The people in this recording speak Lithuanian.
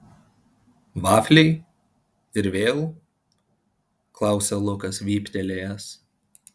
vafliai ir vėl klausia lukas vyptelėjęs